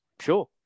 sure